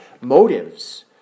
motives